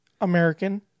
American